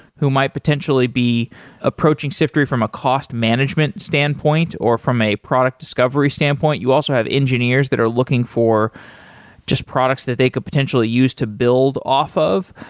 who might potentially be approaching siftery from a cost management standpoint, or from a product discovery standpoint. you also have engineers that are looking for just products that they could potentially use to build off of.